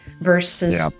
versus